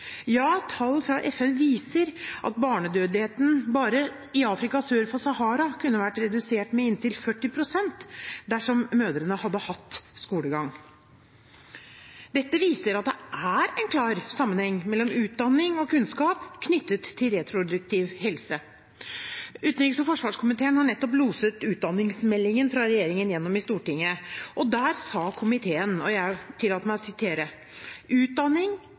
Ja, tall fra FN viser at barnedødeligheten bare i Afrika sør for Sahara kunne ha vært redusert med inntil 40 pst. dersom mødrene hadde hatt skolegang. Dette viser at det er en klar sammenheng mellom utdanning og kunnskap knyttet til reproduktiv helse. Utenriks- og forsvarskomiteen har nettopp loset utdanningsmeldingen fra regjeringen gjennom i Stortinget, og der sa komiteen – og jeg tillater meg å sitere: